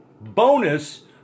bonus